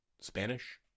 Spanish